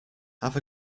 have